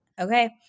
Okay